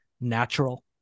natural